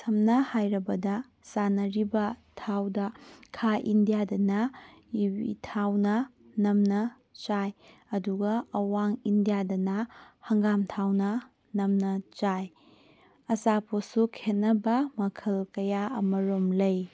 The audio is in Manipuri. ꯁꯝꯅ ꯍꯥꯏꯔꯕꯗ ꯆꯥꯟꯅꯔꯤꯕ ꯊꯥꯎꯗ ꯈꯥ ꯏꯟꯗꯤꯌꯥꯗꯅ ꯌꯨꯕꯤ ꯊꯥꯎꯅ ꯅꯝꯅ ꯆꯥꯏ ꯑꯗꯨꯒ ꯑꯋꯥꯡ ꯏꯟꯗꯤꯌꯥꯗꯅ ꯍꯪꯒꯥꯝ ꯊꯥꯎꯅ ꯅꯝꯅ ꯆꯥꯏ ꯑꯆꯥꯄꯣꯠꯁꯨ ꯈꯦꯠꯅꯕ ꯃꯈꯜ ꯀꯌꯥ ꯑꯃꯔꯣꯝ ꯂꯩ